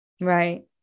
Right